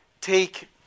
take